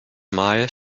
mal